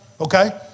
okay